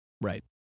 Right